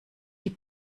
die